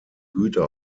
güter